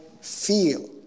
feel